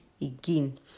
again